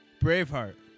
Braveheart